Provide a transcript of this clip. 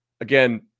again